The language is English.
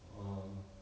um